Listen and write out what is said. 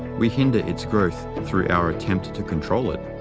we hinder its growth through our attempt to control it.